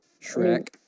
Shrek